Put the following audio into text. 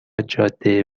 جاده